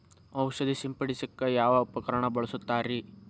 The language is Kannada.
ಔಷಧಿ ಸಿಂಪಡಿಸಕ ಯಾವ ಉಪಕರಣ ಬಳಸುತ್ತಾರಿ?